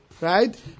right